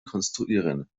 konstruieren